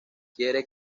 quiere